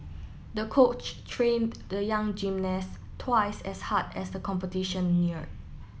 the coach trained the young gymnast twice as hard as the competition neared